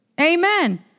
Amen